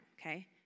okay